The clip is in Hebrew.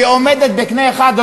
ואנחנו כולנו נצא מכאן שמחים ומאושרים.